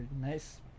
nice